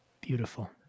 beautiful